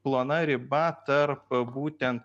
plona riba tarp a būtent